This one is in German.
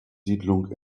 siedlung